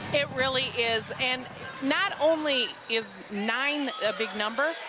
it really is. and not only is nine a big number,